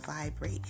vibrate